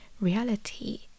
reality